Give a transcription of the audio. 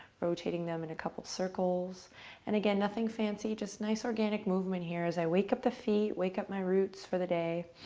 rotating them in a couple circles and again, nothing fancy, just nice organic movement here as i wake up my feet. wake up my roots for the day.